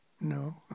No